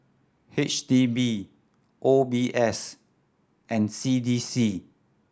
H D B O B S and C D C